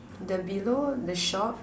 the below the shop